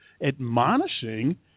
admonishing